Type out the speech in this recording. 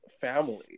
family